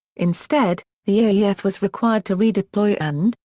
instead, the aef was required to redeploy and,